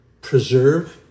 preserve